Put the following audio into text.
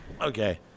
Okay